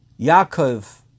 Yaakov